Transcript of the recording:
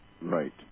Right